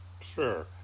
Sure